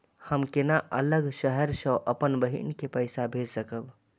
हम केना अलग शहर से अपन बहिन के पैसा भेज सकब?